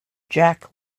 jack